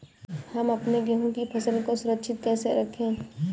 हम अपने गेहूँ की फसल को सुरक्षित कैसे रखें?